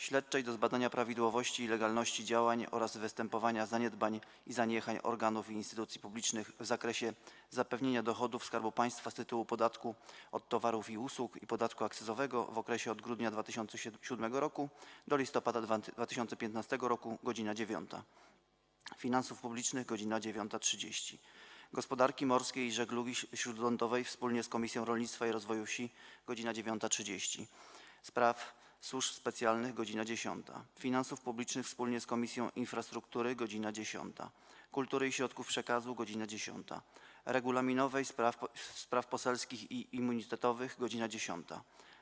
Śledczej do zbadania prawidłowości i legalności działań oraz występowania zaniedbań i zaniechań organów i instytucji publicznych w zakresie zapewnienia dochodów Skarbu Państwa z tytułu podatku od towarów i usług i podatku akcyzowego w okresie od grudnia 2007 r. do listopada 2015 r. - godz. 9, - Finansów Publicznych - godz. 9.30, - Gospodarki Morskiej i Żeglugi Śródlądowej wspólnie z Komisją Rolnictwa i Rozwoju Wsi - godz. 9.30, - do Spraw Służb Specjalnych - godz. 10, - Finansów Publicznych wspólnie z Komisją Infrastruktury - godz. 10, - Kultury i Środków Przekazu - godz. 10, - Regulaminowej, Spraw Poselskich i Immunitetowych - godz. 10,